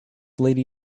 lady